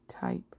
type